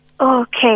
Okay